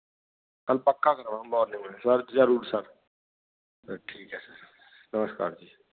कल पक्का करवा मॉर्निंग में सर सर ज़रूर सर अच्छा ठीक है सर नमस्कार जी